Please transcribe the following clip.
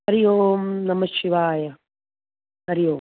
हरिः ओं नमः शिवाय हरिः ओं